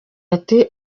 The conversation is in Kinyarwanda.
ati